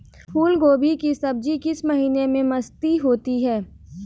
फूल गोभी की सब्जी किस महीने में सस्ती होती है?